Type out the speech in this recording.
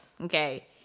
Okay